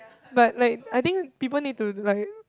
but like I think people need to like